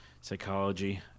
psychology